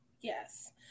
Yes